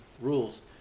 rules